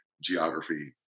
geography